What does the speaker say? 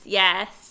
yes